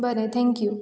बरें थँक्यू